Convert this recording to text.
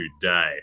today